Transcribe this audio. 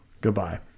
Goodbye